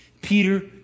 Peter